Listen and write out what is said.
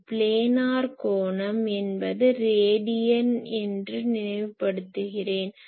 ஒரு பிளானர் கோணம் என்பது ரேடியன் என்று நினைவுபடுத்துகிறேன்